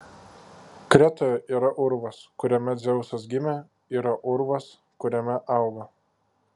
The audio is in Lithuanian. kretoje yra urvas kuriame dzeusas gimė yra urvas kuriame augo